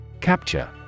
Capture